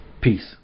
Peace